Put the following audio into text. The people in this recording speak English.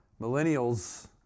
millennials